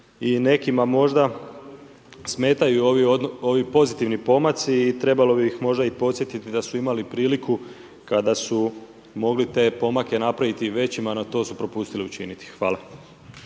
I nekima možda smetaju ovi pozitivni pomaci i trebalo bi ih možda i podsjetiti da su imali priliku kada su mogli te pomake napraviti i većima no to su propustili učiniti. Hvala.